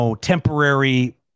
temporary